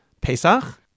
Pesach